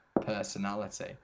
personality